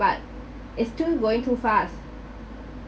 but is too going too fast